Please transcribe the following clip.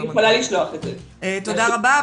תודה רבה.